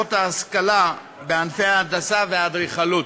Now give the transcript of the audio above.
מוסדות ההשכלה בענפי ההנדסה והאדריכלות.